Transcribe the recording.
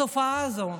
התופעה הזו,